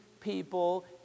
people